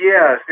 Yes